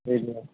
जी जी